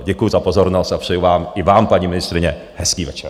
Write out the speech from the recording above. Děkuji za pozornost a přeji vám i vám, paní ministryně hezký večer.